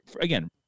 Again